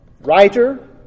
writer